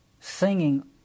singing